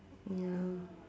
ya